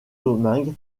domingue